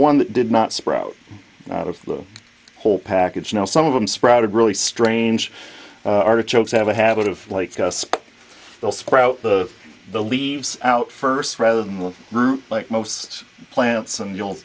one that did not sprout out of the whole package you know some of them sprouted really strange artichokes have a habit of like us they'll sprout the the leaves out first rather than the group like most plants and you'll